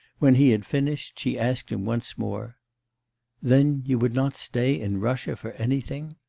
when he had finished, she asked him once more then you would not stay in russia for anything